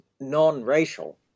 non-racial